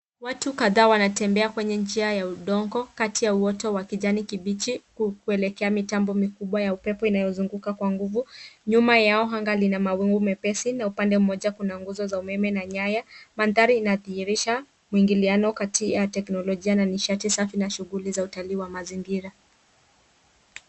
Watu kadhaa wanatembea kwa njia ya udongo kati ya uoto ya kijani kibichi kuelekea mitambo mikubwa ya upepo inayo zunguka kwa nguvu. Nyuma yao anga lina mawingu mepesi na upande mmoja kuna nguzo za umeme na nyaya. Mandhari inadhihirisha mwingiliano kati ya teknolojia na nishati safi na shughuli za utalii wa mazingira.